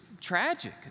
tragic